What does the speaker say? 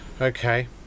Okay